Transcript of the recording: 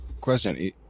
Question